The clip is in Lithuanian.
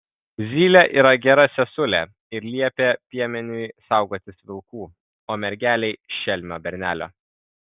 zylė yra gera sesulė ir liepia piemeniui saugotis vilkų o mergelei šelmio bernelio